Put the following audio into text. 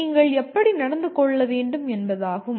நீங்கள் எப்படி நடந்து கொள்ள வேண்டும் என்பதாகும்